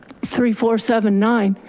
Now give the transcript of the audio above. three, four, seven, nine,